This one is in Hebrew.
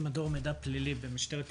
אני ממדור מידע פלילי במשטרת ישראל.